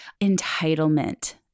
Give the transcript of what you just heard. entitlement